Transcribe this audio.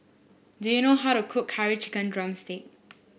do you know how to cook Curry Chicken drumstick